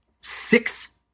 Six